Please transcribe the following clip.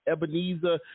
Ebenezer